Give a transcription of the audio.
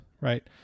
right